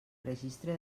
registre